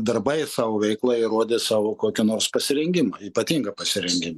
darbais savo veikla įrodę savo kokį nors pasirengimą ypatingą pasirengimą